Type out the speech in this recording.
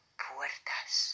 puertas